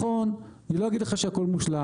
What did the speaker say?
נכון, אני לא אגיד לך שהכול מושלם.